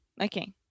Okay